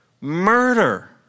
Murder